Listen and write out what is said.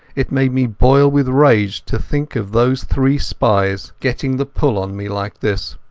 it made me boil with rage to think of those three spies getting the pull on me like this.